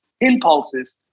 impulses